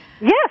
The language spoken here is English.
Yes